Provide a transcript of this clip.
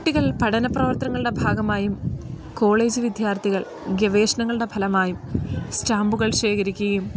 കുട്ടികൾ പഠനപ്രവർത്തനങ്ങളുടെ ഭാഗമായും കോളേജ് വിദ്യാർത്ഥികൾ ഗവേഷണങ്ങളുടെ ഫലമായും സ്റ്റാമ്പുകൾ ശേഖരിക്കുക്കേം